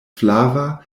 flava